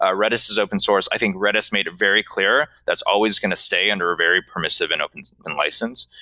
ah redis is open source. i think redis made it very clear that's always going to stay under a very permissive and open source and license.